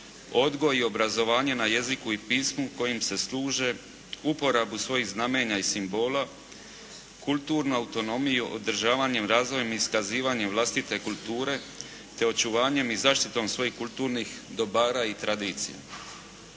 odgoj i obrazovanje na jeziku i pismu kojim se služe, uporabu svojih znamenja i simbola, kulturnu autonomiju održavanjem, razvojem i iskazivanjem vlastite kulture te očuvanjem i zaštitom svojih kulturnih dobara i tradicija.